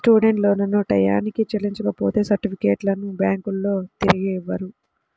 student లోన్లను టైయ్యానికి చెల్లించపోతే సర్టిఫికెట్లను బ్యాంకులోల్లు తిరిగియ్యరు